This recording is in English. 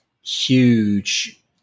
huge